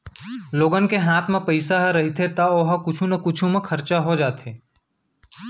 लोगन के हात म पइसा ह रहिथे त ओ ह कुछु न कुछु म खरचा हो जाथे